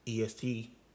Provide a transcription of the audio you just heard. EST